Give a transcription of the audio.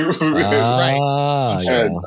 right